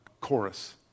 chorus